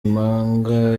impanga